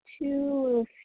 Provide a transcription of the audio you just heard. two